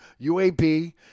UAB